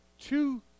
two